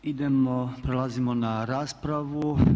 Idemo, prelazimo na raspravu.